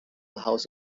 house